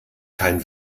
kein